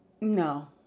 No